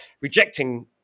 Rejecting